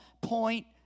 point